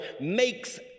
makes